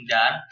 Dan